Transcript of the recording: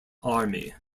army